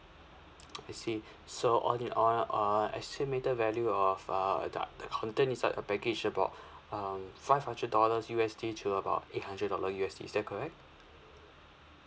I see so all in all uh estimated value of uh the the content inside the baggage is about um five hundred dollars U_S_D to about eight hundred dollar U_S_D is that correct